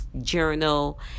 journal